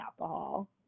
alcohol